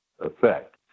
effect